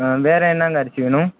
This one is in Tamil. வேறு என்னாங்க அரிசி வேணும்